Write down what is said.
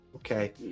Okay